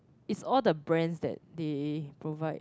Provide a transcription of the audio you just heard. is all the brands that they provide